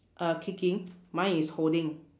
uh kicking mine is holding